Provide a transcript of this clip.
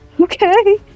Okay